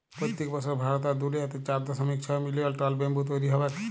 পইত্তেক বসর ভারত আর দুলিয়াতে চার দশমিক ছয় মিলিয়ল টল ব্যাম্বু তৈরি হবেক